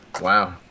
Wow